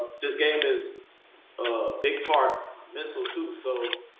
ah this game is a big part mental too. so,